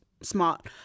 smart